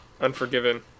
Unforgiven